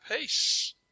peace